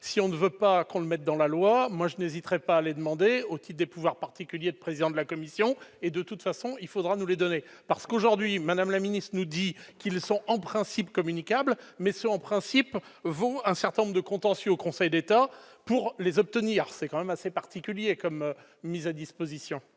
si on ne veut pas qu'on le mette dans la loi, moi, je n'hésiterais pas à les demander au type des pouvoirs particuliers, président de la commission et de toute façon, il faudra nous les donner parce qu'aujourd'hui, Madame la Ministre, nous dit qu'ils sont en principe communicable mais son en principe vaut un certain nombre de contentieux au Conseil d'État pour les obtenir, c'est quand même assez particulier comme mise à disposition.